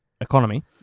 economy